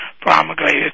promulgated